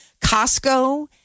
Costco